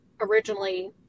originally